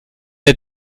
der